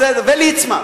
בסדר, וליצמן.